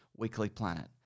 weeklyplanet